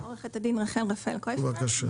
אני